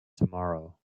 tomorrow